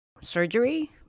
surgery